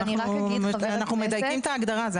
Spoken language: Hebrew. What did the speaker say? אנחנו מדייקים את ההגדרה.